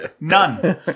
None